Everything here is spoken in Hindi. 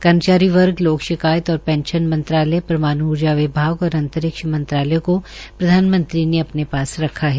कर्मचारी वर्ग लोक शिकायत और पेंशन मंत्रालय परमाण् ऊर्जा विभाग और अंतरिक्ष विभाग को प्रधानमंत्री ने अपने पास रखा है